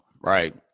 right